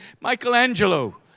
Michelangelo